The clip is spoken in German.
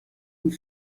und